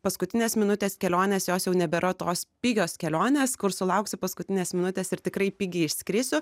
paskutinės minutės kelionės jos jau nebėra tos pigios kelionės kur sulauksi paskutinės minutės ir tikrai pigiai išskrisiu